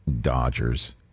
Dodgers